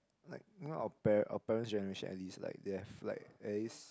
like you know our our parents generation at least like they've like at least